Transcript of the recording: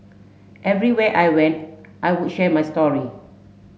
everywhere I went I would share my story